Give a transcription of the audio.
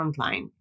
frontline